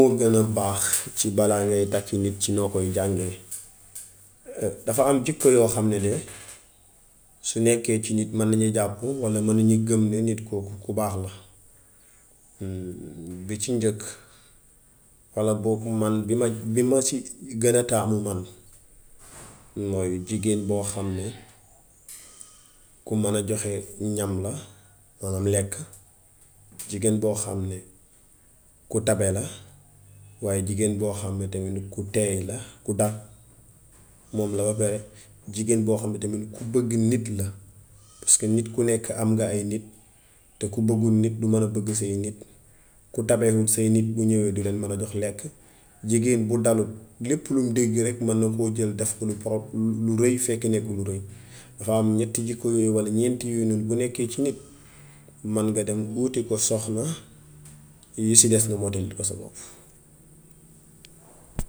Lan moo gën a baax ci balaa ngay takk nit ci noo koy jànge dafa am jikko yoo xam ne de su nekkee ci nit man na ñi jàppu walla ñu gëm ni nit kooku ku baax la. Bi ci njëkk walla boog man bi ma bi ma ci gën a taamu man mooy jigéen boo xam ne ku man a joxe ñam la maanaam lekk, jigéen boo xam ne ku tabe la waaye jigéen boo xam ne nit ku teey la, ku dal moom la ba pare, jigéen boo xam ne tamit ku bëgg nit la paska nit ku nekk am nga ay nit, te ku bëggut nit du man a bëgg say nit. Ku tabewut say nit bu ñëwee du leen man a jox lekk. Jigéen bu dalut, lépp lum dégg rekk man na koo def poro lu rëy fekk nekkul lu rëy. Dafa am ñetti jikko walla ñeent yooyu noonu bu nekkee ci nit, man nga dem wuti ko soxna li si des nga mottalil ko sa bopp.